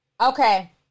Okay